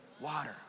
Water